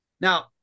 Now